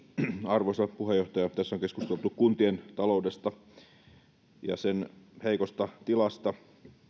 arvoisa puheenjohtaja tässä on keskusteltu kuntien taloudesta ja sen heikosta tilasta